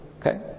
okay